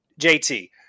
JT